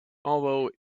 although